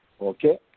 Okay